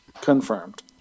confirmed